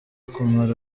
kumara